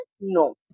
No